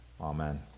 Amen